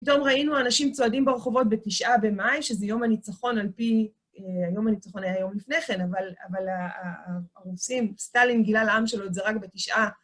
פתאום ראינו אנשים צועדים ברחובות בתשעה במאי, שזה יום הניצחון על פי... יום הניצחון היה יום לפני כן, אבל הרוסים, סטלין גילה לעם שלו את זה רק בתשעה.